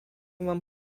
mam